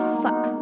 fuck